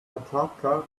tatarka